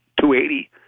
280